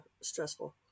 stressful